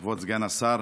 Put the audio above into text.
כבוד סגן השר.